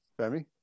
Femi